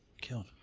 killed